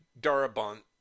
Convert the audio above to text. Darabont